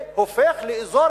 והופך לאזור